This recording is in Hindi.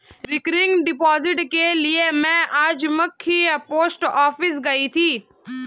रिकरिंग डिपॉजिट के लिए में आज मख्य पोस्ट ऑफिस गयी थी